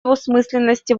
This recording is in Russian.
двусмысленности